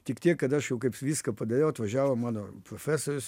tik tiek kad aš jau kaip viską padariau atvažiavo mano profesorius